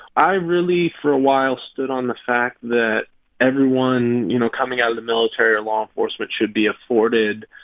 i really, for a while, stood on the fact that everyone, you know, coming out of the military or law enforcement should be afforded,